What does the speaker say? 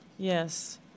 Yes